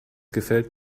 gefällt